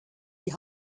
die